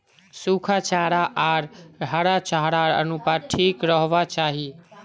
सुखा चारा आर हरा चारार अनुपात ठीक रोह्वा चाहि